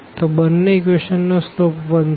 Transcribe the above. તો બંને ઇક્વેશનો નો સ્લોપ 1 છે